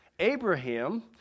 Abraham